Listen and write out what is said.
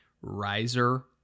riser